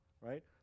right